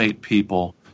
people